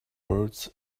words